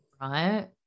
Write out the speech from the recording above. right